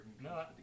No